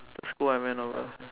I went over